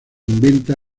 inventa